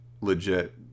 legit